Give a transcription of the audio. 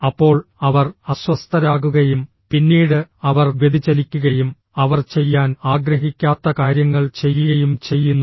അപ്പോൾ അവർ അസ്വസ്ഥരാകുകയും പിന്നീട് അവർ വ്യതിചലിക്കുകയും അവർ ചെയ്യാൻ ആഗ്രഹിക്കാത്ത കാര്യങ്ങൾ ചെയ്യുകയും ചെയ്യുന്നു